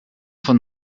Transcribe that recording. von